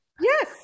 Yes